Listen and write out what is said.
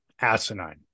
asinine